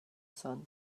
sun